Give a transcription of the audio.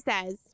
says